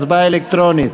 הצבעה אלקטרונית.